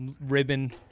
ribbon